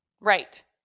Right